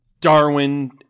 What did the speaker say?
Darwin